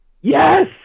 Yes